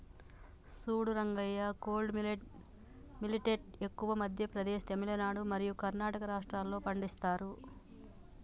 సూడు రంగయ్య కోడో మిల్లేట్ ఎక్కువగా మధ్య ప్రదేశ్, తమిలనాడు మరియు కర్ణాటక రాష్ట్రాల్లో పండిస్తారు